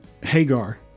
Hagar